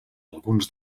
alguns